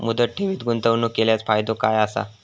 मुदत ठेवीत गुंतवणूक केल्यास फायदो काय आसा?